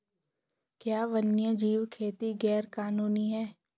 क्या वन्यजीव खेती गैर कानूनी है?